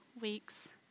weeks